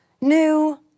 new